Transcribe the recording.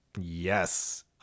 Yes